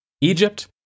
Egypt